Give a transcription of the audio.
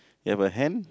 you have a hen